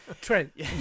Trent